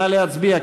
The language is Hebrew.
נא להצביע,